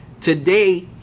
today